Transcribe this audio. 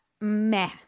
meh